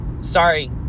sorry